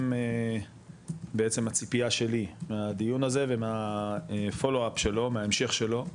הם בעצם הציפייה שלי מהדיון הזה ומהפולו-אפ שלו מההמשך שלו,